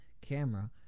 camera